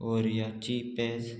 ओरियाची पेज